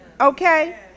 Okay